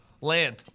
Land